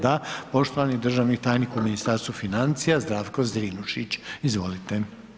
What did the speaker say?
Da, poštovani državni tajnik u Ministarstvu financija Zdravko Zrinušić, izvolite.